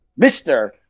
Mr